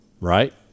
right